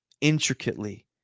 intricately